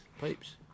pipes